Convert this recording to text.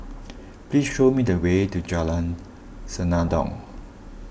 please show me the way to Jalan Senandong